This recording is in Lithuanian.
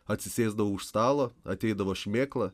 atsisėsdavau už stalo ateidavo šmėkla